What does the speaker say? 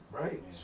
Right